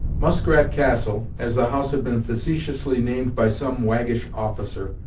muskrat castle, as the house had been facetiously named by some waggish officer,